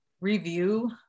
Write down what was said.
review